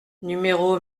numéro